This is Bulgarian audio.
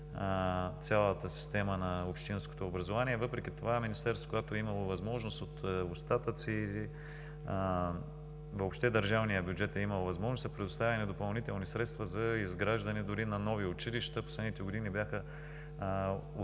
цялата система на общинското образование. Въпреки това Министерството, когато е имало възможност от остатъци, или въобще когато държавният бюджет е имал възможност, са предоставени допълнителни средства за изграждане дори на нови училища. Последните години бяха